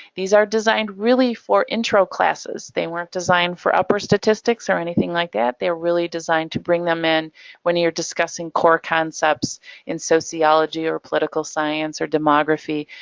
these are designed really for intro classes, they weren't designed for upper statistics or anything like that. they're really designed to bring them in when you're discussing core concepts in sociology or political science or demography,